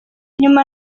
nyuma